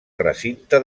recinte